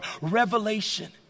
revelation